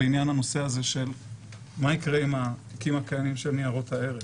הוא בנושא הזה של מה יקרה עם התיקים הקיימים של ניירות הערך.